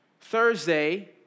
Thursday